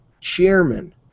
chairman